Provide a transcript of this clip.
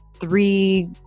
three